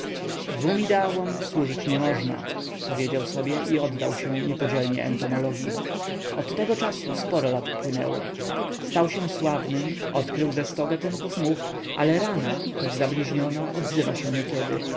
dwom ideałom służyć nie można powiedział sobie i oddał się niepodzielnie entomologii od tego czasu sporo lat upłynęło stał się sławnym odkrył ze sto gatunków much ale rana choć zabliźniona odzywa się niekiedy